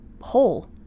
hole